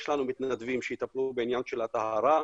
יש לנו מתנדבים שיטפלו בעניין של הטהרה.